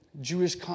Jewish